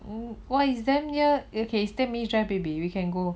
um why is damn near okay is ten minutes drive baby we can go